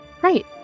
Right